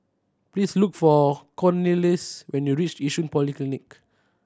please look for Cornelius when you reach Yishun Polyclinic